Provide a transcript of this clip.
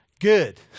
good